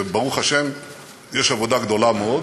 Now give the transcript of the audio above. וברוך השם יש עבודה גדולה מאוד,